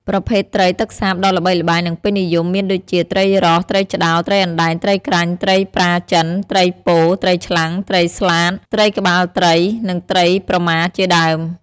ប្រភេទត្រីទឹកសាបដ៏ល្បីល្បាញ និងពេញនិយមមានដូចជា ត្រីរ៉ស់ ត្រីឆ្ដោ ត្រីអណ្ដែង ត្រីក្រាញ់ ត្រីប្រាចិន ត្រីពោ ត្រីឆ្លាំង ត្រីស្លាត ត្រីក្បាលត្រី និងត្រីប្រម៉ាជាដើម។